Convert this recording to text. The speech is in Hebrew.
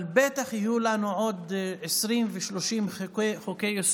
אבל בטח יהיו לנו עוד 20 ו-30 חוקי-יסוד.